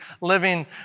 living